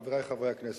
חברי חברי הכנסת,